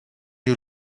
you